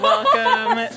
Welcome